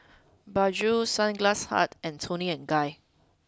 Bajaj Sunglass Hut and Toni and Guy